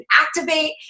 activate